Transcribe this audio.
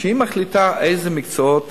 והיא מחליטה איזה מקצועות